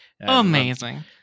Amazing